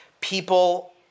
people